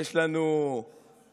יש לנו עלים,